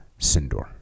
Sindor